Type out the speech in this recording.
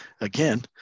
again